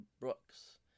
Brooks